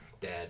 Dad